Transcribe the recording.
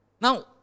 Now